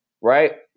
right